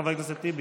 חבר הכנסת טיבי.